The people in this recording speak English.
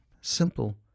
Simple